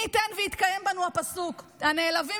מי ייתן ויתקיים בנו הפסוק: "הנעלבים